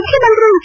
ಮುಖ್ಯಮಂತ್ರಿ ಎಚ್